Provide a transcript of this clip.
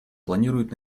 планируют